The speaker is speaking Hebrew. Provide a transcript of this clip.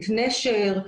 את נשר,